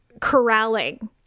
corralling